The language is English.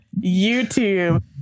YouTube